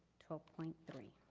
twelve point three.